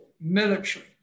military